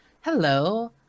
Hello